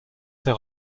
ses